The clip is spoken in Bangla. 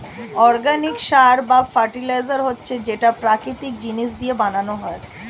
অর্গানিক সার বা ফার্টিলাইজার হচ্ছে যেটা প্রাকৃতিক জিনিস দিয়ে বানানো হয়